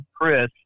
Chris